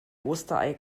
osterei